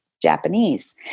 Japanese